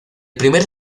primer